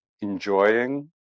enjoying